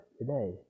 today